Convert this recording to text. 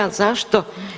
A zašto?